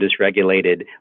dysregulated